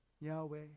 Yahweh